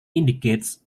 indicates